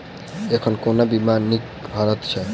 एखन कोना बीमा नीक हएत छै?